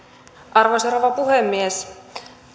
arvoisa rouva puhemies